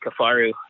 kafaru